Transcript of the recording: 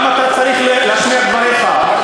גם אתה צריך להשמיע את דבריך.